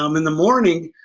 um in the morning,